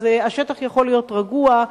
אז השטח יכול להיות רגוע,